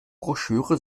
broschüre